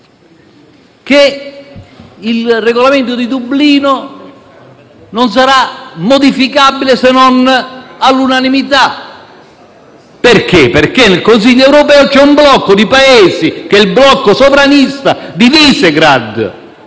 che il Regolamento di Dublino non sarà modificabile se non all'unanimità, perché nel Consiglio europeo c'è un blocco di Paesi, quelli sovranisti di Visegrad,